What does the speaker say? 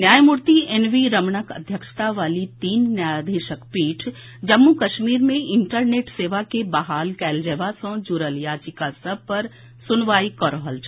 न्यायमूर्ति N V रमणक अध्यक्षता वाली तीन न्यायाधीशक पीठ जम्मू कश्मीर मे इंटरनेट सेवा के बहाल कयल जेबा सँ जुड़ल याचिका सभ पर सुनवाई कऽ रहल छल